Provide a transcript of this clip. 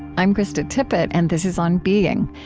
i'm krista tippett, and this is on being.